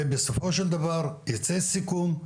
ובסופו של דבר ייצא סיכום,